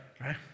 right